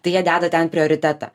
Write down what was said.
tai jie deda ten prioritetą